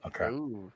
Okay